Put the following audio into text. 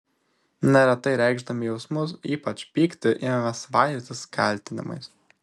neretai reikšdami jausmus ypač pyktį imame svaidytis kaltinimais